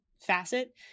facet